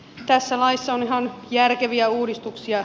tässä laissa on ihan järkeviä uudistuksia